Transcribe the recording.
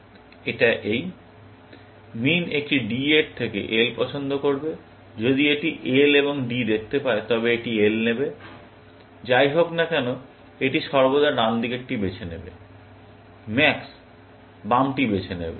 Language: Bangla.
এর মানে মিন একটি D এর থেকে L পছন্দ করবে যদি এটি L এবং D দেখতে পায় তবে এটি L নেবে যাই হোক না কেন এটি সর্বদা ডান দিকেরটি বেছে নেবে ম্যাক্স বামটি বেছে নেবে